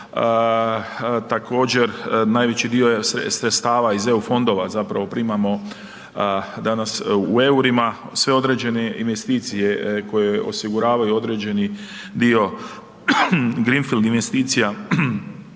također najveći dio sredstava iz EU fondova zapravo primamo danas u EUR-ima, sve određene investicije koje osiguravaju određeni dio greenfield investicija,